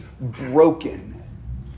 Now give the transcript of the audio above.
broken